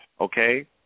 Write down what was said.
Okay